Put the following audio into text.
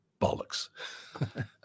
bollocks